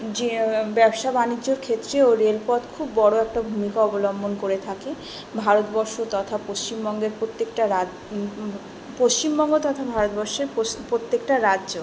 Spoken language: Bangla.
যে ব্যবসা বাণিজ্যর ক্ষেত্রেও রেলপথ খুব বড়ো একটা ভূমিকা অবলম্বন করে থাকে ভারতবর্ষ তথা পশ্চিমবঙ্গের প্রত্যেকটা রা পশ্চিমবঙ্গ তথা ভারতবর্ষের পোশ প্রত্যেকটা রাজ্য